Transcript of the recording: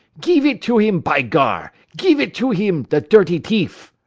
gif it to heem, by gar! gif it to heem, the dirty t'eef!